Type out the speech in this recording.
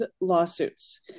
lawsuits